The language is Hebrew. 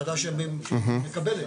הוועדה שמקבלת,